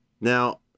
Now